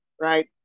right